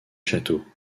château